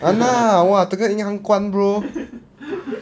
!hanna! !wah! 这个银行关 bro